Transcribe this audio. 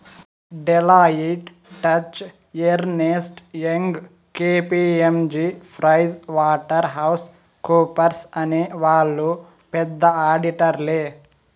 Deloitte, Touche Ernst, Young KPMG Pricewaterhouse కూపర్స్అనే వాళ్ళు పెద్ద ఆడిటర్లే